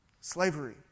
Slavery